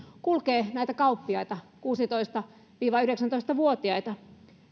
kulkee näitä kauppiaita kuusitoista viiva yhdeksäntoista vuotiaita